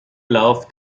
lauf